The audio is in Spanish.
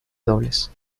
dobles